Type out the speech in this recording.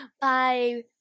Bye